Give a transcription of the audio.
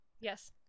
Yes